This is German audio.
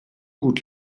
gut